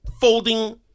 folding